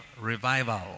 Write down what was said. revival